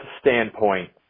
standpoint –